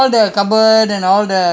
at the back of their house you you